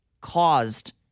caused